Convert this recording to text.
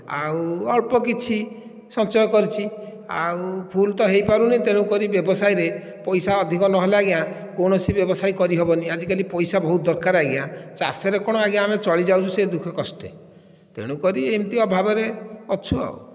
ଆଉ ଅଳ୍ପ କିଛି ସଞ୍ଚୟ କରିଛି ଆଉ ଫୁଲ୍ ତ ହୋଇପାରୁନି ତେଣୁ କରି ବ୍ୟବସାୟରେ ପଇସା ଅଧିକ ନହେଲେ ଆଜ୍ଞା କୌଣସି ବ୍ୟବସାୟ କରିହେବନି ଆଜିକାଲି ପଇସା ବହୁତ ଦରକାର ଆଜ୍ଞା ଚାଷରେ କ'ଣ ଆଜ୍ଞା ଆମେ ଚଳିଯାଉଛୁ ସେ ଦୁଃଖ କଷ୍ଟେ ତେଣୁକରି ଏମିତି ଅଭାବରେ ଅଛୁ ଆଉ